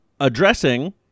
addressing